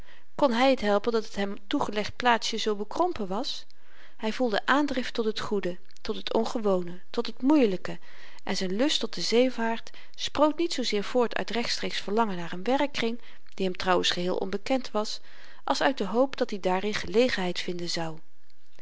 kon hy t helpen dat het hem toegelegd plaatsje zoo bekrompen was hy voelde aandrift tot het goede tot het ongewone tot het moeielyke en z'n lust tot de zeevaart sproot niet zoozeer voort uit rechtstreeks verlangen naar n werkkring die hem trouwens geheel onbekend was als uit de hoop dat-i daarin gelegenheid vinden zou